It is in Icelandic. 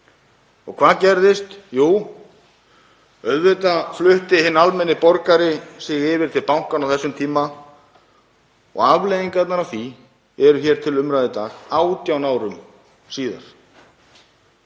Og hvað gerðist? Jú, auðvitað flutti hinn almenni borgari sig yfir til bankanna á þessum tíma. Afleiðingarnar af því eru hér til umræðu í dag, 18 árum síðar.